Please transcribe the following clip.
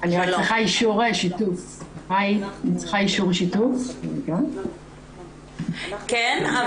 ממש מרוכז בשתי דקות לעבור על